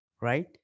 right